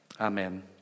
Amen